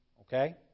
Okay